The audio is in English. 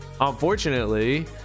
unfortunately